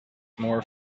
more